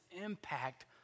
impact